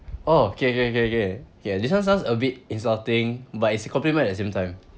oh okay okay okay okay ya this one sounds a bit insulting but it's a compliment at the same time